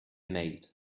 maid